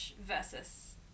versus